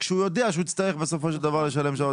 כשהוא יודע שהוא יצטרך בסופו לשלם שעות,